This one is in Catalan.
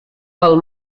pel